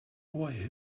boy